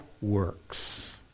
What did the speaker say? works